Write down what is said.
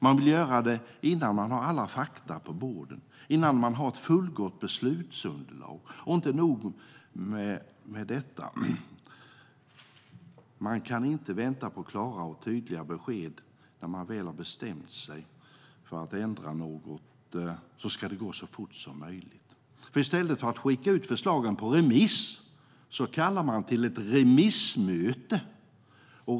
Man vill göra det innan man har alla fakta på bordet och innan man har ett fullgott beslutsunderlag. Inte nog med detta - regeringen kan inte vänta på klara och tydliga besked. När man väl har bestämt sig för att ändra något ska det gå så fort som möjligt. I stället för att skicka ut förslagen på remiss kallar regeringen till ett remissmöte.